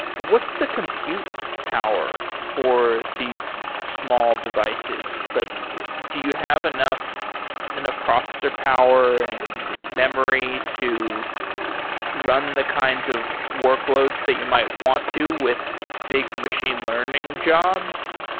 what's the compute power for these small devices? like do you have enough enough processor power and memory to run the kinds of workloads that you might want to with big machine learning jobs?